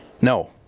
No